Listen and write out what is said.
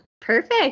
perfect